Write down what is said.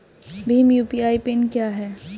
Bhim UPI PIN क्या है?